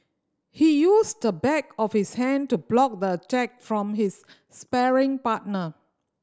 he used the back of his hand to block the attack from his sparring partner